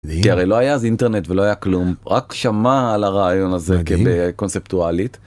כי הרי לא היה אז אינטרנט ולא היה כלום. רק שמע על הרעיון הזה קונספטואלית.